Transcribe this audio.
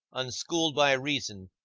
unschooled by reason,